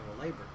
labor